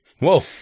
Whoa